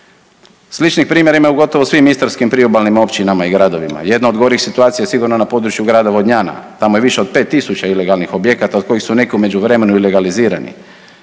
Sličnih primjera ima u gotovo svim istarskim priobalnim općinama i gradovima. Jedna od gorih situacija je sigurno na području grada Vodnjana, tamo je više od 5000 ilegalnih objekata, od kojih su neki u međuvremenu i legalizirani.